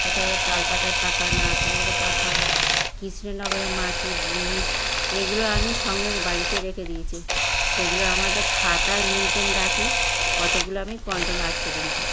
কোথাও তাল পাতার পাখা নারকেল পাতার পাখা কৃষ্ণনগরের মাটির জিনিস এগুলো আমি সংগ্রহে বাড়িতে রেখে দিয়েছি সেগুলো আমার একটা খাতায় মেনটেইন রাখি কতগুলো আমি আজ পর্যন্ত